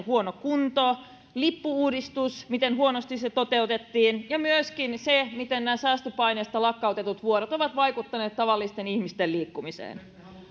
huono kunto lippu uudistus miten huonosti se toteutettiin ja myöskin se miten nämä säästöpaineista lakkautetut vuorot ovat vaikuttaneet tavallisten ihmisten liikkumiseen